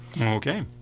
okay